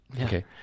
okay